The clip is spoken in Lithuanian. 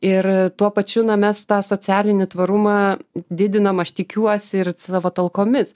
ir tuo pačiu na mes tą socialinį tvarumą didinam aš tikiuosi ir savo talkomis